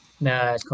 No